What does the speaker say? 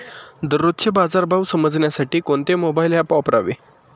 दररोजचे बाजार भाव समजण्यासाठी कोणते मोबाईल ॲप वापरावे?